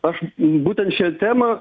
aš būtent šią temą